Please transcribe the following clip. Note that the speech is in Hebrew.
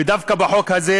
ודווקא בחוק הזה,